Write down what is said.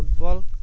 football